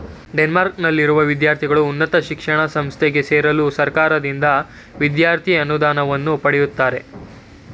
ಡೆನ್ಮಾರ್ಕ್ನಲ್ಲಿರುವ ವಿದ್ಯಾರ್ಥಿಗಳು ಉನ್ನತ ಶಿಕ್ಷಣ ಸಂಸ್ಥೆಗೆ ಸೇರಲು ಸರ್ಕಾರದಿಂದ ವಿದ್ಯಾರ್ಥಿ ಅನುದಾನವನ್ನ ಪಡೆಯುತ್ತಾರೆ